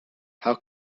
how